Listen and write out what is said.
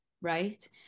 right